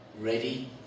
Ready